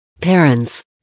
Parents